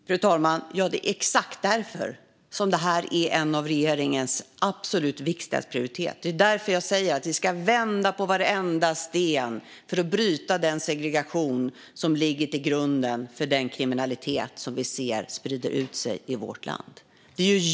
Fru talman! Ja, det är exakt därför som det här är en av regeringens absolut viktigaste prioriteter. Det är därför jag säger att vi ska vända på varenda sten för att bryta den segregation som ligger till grund för den kriminalitet som vi ser sprida ut sig i vårt land.